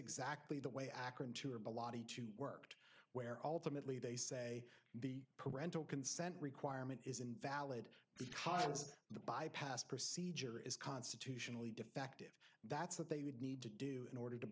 exactly the way akron two or bloddy two worked where ultimately they say the parental consent requirement is invalid because the bypass procedure is constitutionally defective that's what they would need to do in order to